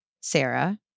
Sarah